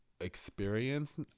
experience